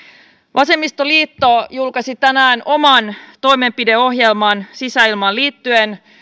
vasemmistoliitto julkaisi tänään oman toimenpideohjelman sisäilmaan liittyen